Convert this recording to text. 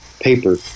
paper